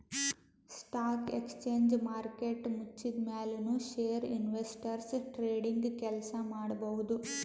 stock exchange market ಮುಚ್ಚಿದ್ಮ್ಯಾಲ್ ನು share investors trading ಕೆಲ್ಸ ಮಾಡಬಹುದ್